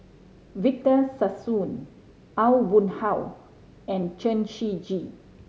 Victor Sassoon Aw Boon Haw and Chen Shiji